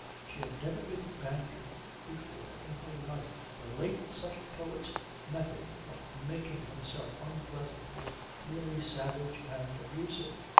she had never been bantered before in her life. the late subtle poet's method of making himself unpleasant was merely savage and abusive.